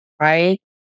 right